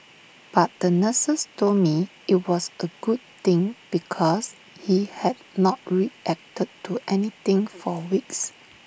but the nurses told me IT was A good thing because he had not reacted to anything for weeks